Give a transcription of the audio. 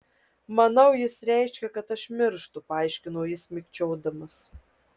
manau jis reiškia kad aš mirštu paaiškino jis mikčiodamas